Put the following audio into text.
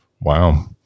Wow